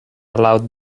aloud